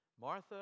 Martha